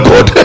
God